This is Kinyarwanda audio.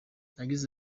yagize